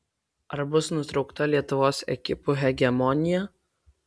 ar bus nutraukta lietuvos ekipų hegemonija